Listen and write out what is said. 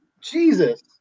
jesus